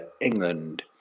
England